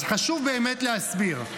אז חשוב באמת להסביר.